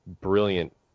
brilliant